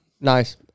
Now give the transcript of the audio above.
Nice